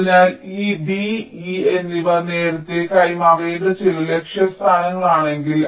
അതിനാൽ ഈ d e എന്നിവ നേരത്തെ കൈമാറേണ്ട ചില ലക്ഷ്യസ്ഥാനങ്ങളാണെങ്കിൽ